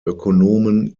ökonomen